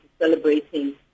celebrating